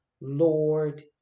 Lord